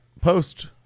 post